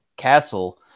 castle